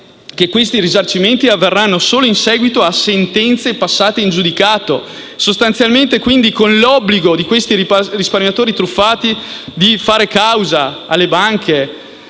che questi risarcimenti avverranno solo in seguito a sentenze passate in giudicato, sostanzialmente quindi con l'obbligo per questi risparmiatori truffati di fare causa alle banche,